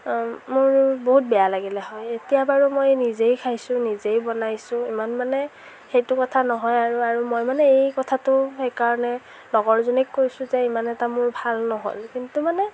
মোৰ বহুত বেয়া লাগিলে হয় এতিয়া বাৰু মই নিজেই খাইছোঁ নিজেই বনাইছোঁ ইমান মানে সেইটো কথা নহয় আৰু আৰু মই মানে এই কথাটো সেইকাৰণে লগৰজনীক কৈছোঁ যে ইমান এটা মোৰ ভাল নহ'ল কিন্তু মানে